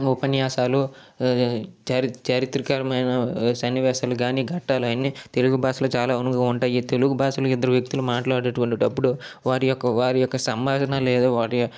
ఉపన్యాసాలు చారి చారిత్రకరమైన సన్నివేశాలు ఘట్టాలు అవన్ని తెలుగు భాషలో చాలా అనువుగా ఉంటాయి తెలుగు భాషలో ఇద్దరు వ్యక్తులు మాట్లాడేటటువంటిటప్పుడు వారి యొక్క వారి యొక్క సంభాషణ లేదా వాటి